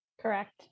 Correct